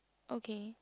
okay